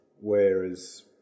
whereas